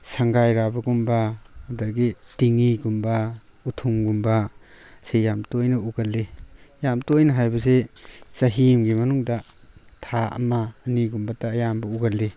ꯁꯪꯒꯥꯏ ꯂꯥꯕꯒꯨꯝꯕ ꯑꯗꯒꯤ ꯇꯤꯉꯤꯒꯨꯝꯕ ꯎꯊꯨꯝꯒꯨꯝꯕ ꯁꯤ ꯌꯥꯝ ꯇꯣꯏꯅ ꯎꯒꯜꯂꯤ ꯌꯥꯝ ꯇꯣꯏꯅ ꯍꯥꯏꯕꯁꯦ ꯆꯍꯤ ꯑꯃꯒꯤ ꯃꯅꯨꯡꯗ ꯊꯥ ꯑꯃ ꯑꯅꯤꯒꯨꯝꯕꯇ ꯑꯌꯥꯝꯕ ꯎꯒꯜꯂꯤ